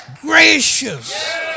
gracious